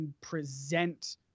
present